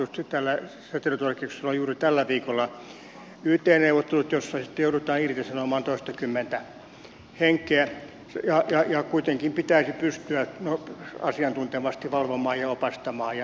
säteilyturvakeskuksella on juuri tällä viikolla yt neuvottelut joissa sitten joudutaan irtisanomaan toistakymmentä henkeä ja kuitenkin pitäisi pystyä asiantuntevasti valvomaan ja opastamaan ja niin edelleen